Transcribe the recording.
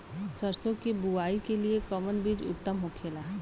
सरसो के बुआई के लिए कवन बिज उत्तम होखेला?